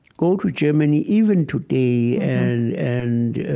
go to germany even today and and